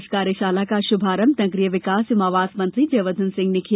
इस कार्यशाला का शुभारंभ नगरीय विकास एवं आवास मंत्री जयवर्धन सिंह ने किया